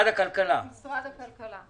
ממשרד הכלכלה.